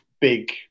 big